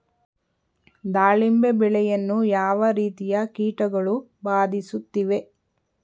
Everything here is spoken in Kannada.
ದಾಳಿಂಬೆ ಬೆಳೆಯನ್ನು ಯಾವ ರೀತಿಯ ಕೀಟಗಳು ಬಾಧಿಸುತ್ತಿವೆ?